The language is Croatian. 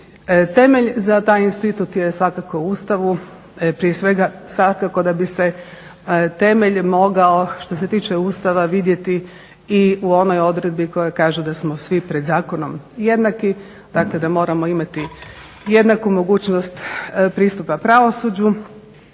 Temelj za taj institut je svakako u Ustavu. Prije svega svakako da bi se temelj mogao što se tiče Ustava vidjeti i u onoj odredbi koja kaže da smo svi pred zakonom jednaki. Dakle, da moramo imati jednaku mogućnost pristupa pravosuđu,